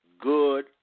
good